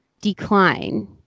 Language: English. decline